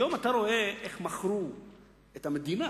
היום אתה רואה איך מכרו את המדינה